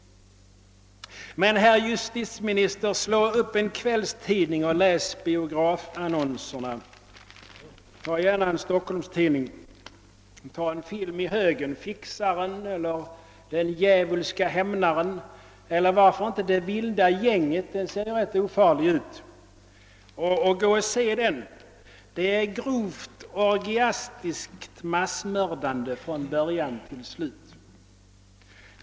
Men, herr justitieminister, slå upp en kvällstidning och läs biografannonserna! Ta gärna en Stockholmstidning! Ta en film i högen — >»Fixaren» eller »Den djävulska hämnaren» eller varför inte »Det vilda gänget« — den verkar rätt ofarlig! Gå och se den! Det är ett grovt orgiastiskt mördande från början till slut.